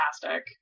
fantastic